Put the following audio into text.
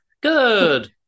Good